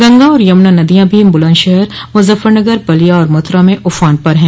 गंगा और यमुना नदियां भी बुलंदशहर मुजफ्फरनगर बलिया और मथुरा में उफान पर हैं